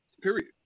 period